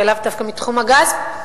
ולאו דווקא מתחום הגז.